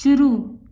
शुरू